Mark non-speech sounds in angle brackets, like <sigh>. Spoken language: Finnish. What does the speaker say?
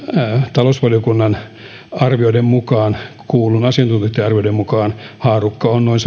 talousvaliokunnan arvioiden mukaan kuultujen asiantuntija arvioiden mukaan haarukka on noin <unintelligible>